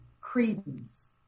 credence